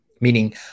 Meaning